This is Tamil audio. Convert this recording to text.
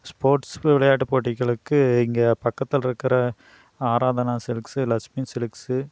ஸ்போர்ட்ஸ் விளையாட்டு போட்டிகளுக்கு இங்க பக்கத்தில் இருக்கிற ஆராதனா சிலுக்ஸ் லக்ஷ்மி சிலுக்ஸ்